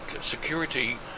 security